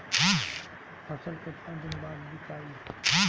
फसल केतना दिन बाद विकाई?